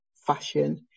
fashion